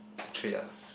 betray ah